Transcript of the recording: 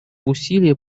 усилия